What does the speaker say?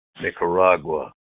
Nicaragua